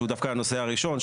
שהוא דווקא הנושא הראשון,